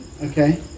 Okay